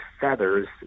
feathers